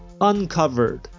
uncovered